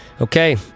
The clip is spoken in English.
Okay